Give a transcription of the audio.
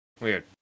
Weird